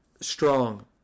strong